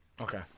Okay